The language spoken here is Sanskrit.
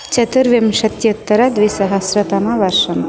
चतुर्विंशत्युत्तरद्विसहस्रतमवर्षः